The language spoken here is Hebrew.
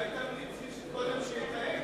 אולי תמליץ קודם שיתאם,